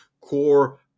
core